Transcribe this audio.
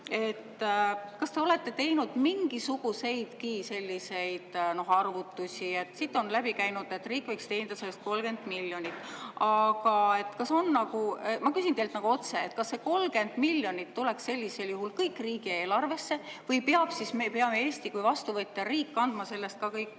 Kas te olete teinud mingisuguseidki arvutusi? Siit on läbi käinud, et riik võiks teenida sellest 30 miljonit. Aga ma küsin teilt otse, et kas see 30 miljonit tuleks sellisel juhul kõik riigieelarvesse või Eesti kui vastuvõtja riik peab kandma sellest ka kõik